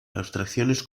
abstracciones